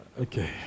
Okay